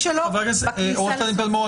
להשאיר את התיק שלו בכניסה --- עו"ד פלמור,